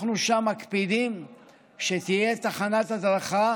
אנחנו מקפידים שתהיה שם תחנת הדרכה